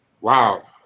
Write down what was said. Wow